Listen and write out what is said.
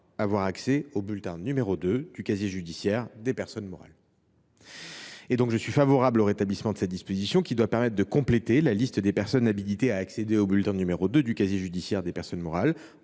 avoir accès au bulletin n° 2 du casier judiciaire des personnes morales. En conséquence, je suis favorable au rétablissement de l’article 8 A, qui doit permettre de compléter la liste des personnes habilitées à accéder au bulletin n° 2 du casier judiciaire des personnes morales